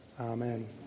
Amen